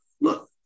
Look